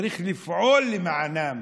צריך לפעול למענם